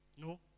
No